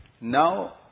now